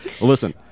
Listen